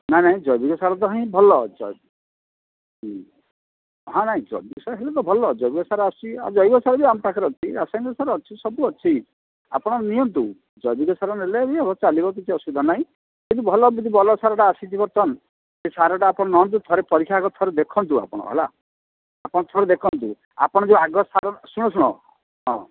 ନାଇଁ ନାଇଁ ଜୈବିକ ସାର ତ ହିଁ ଭଲ ହଁ ନାଇଁ ଜୈବିକ ସାର ହେଲେ ତ ଭଲ ଜୈବିକ ସାର ଆସୁଛି ଆଉ ଜୈବିକ ସାର ବି ଆମ ପାଖରେ ଅଛି ରାସାୟନିକ ସାର ଅଛି ସବୁ ଅଛି ଆପଣ ନିଅନ୍ତୁ ଜୈବିକ ସାର ନେଲେ ବି ଭଲ ଚାଲିବ କିଛି ଅସୁବିଧା ନାହିଁ କିନ୍ତୁ ଭଲ ଯଦି ଭଲ ସାରଟା ଆସିଛି ବର୍ତ୍ତମାନ ସେ ସାରଟା ଆପଣ ନିଅନ୍ତୁ ଥରେ ପରୀକ୍ଷା ଆଗ ଥରେ ଦେଖନ୍ତୁ ଆପଣ ହେଲା ଆପଣ ଥରେ ଦେଖନ୍ତୁ ଆପଣ ଯେଉଁ ଆଗ ସାର ଶୁଣ ଶୁଣ ହଁ